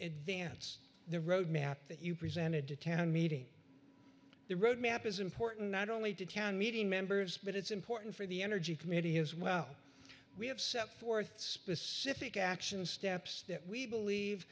advance the roadmap that you presented to town meeting the road map is important not only to town meeting members but it's important for the energy committee as well we have set forth specific action steps that we believe